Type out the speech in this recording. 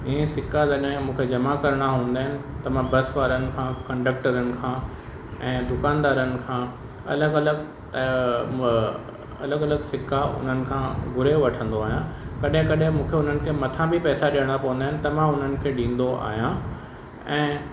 ईअं सिक्का जॾहिं मूंखे जमा करणा हूंदा आहिनि त मां बस वारनि खां कंडक्टरनि खां ऐं दुकानदारनि खां अलॻि अलॻि अलॻि अलॻि सिका उन्हनि खां घुरे वठिंदो आहियां कॾहिं कॾहिं मूंखे हुननि खे मथां बि पैसा ॾियणा पवंदा आहिनि त मां हुननि खे ॾींदो आहियां ऐं